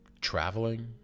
traveling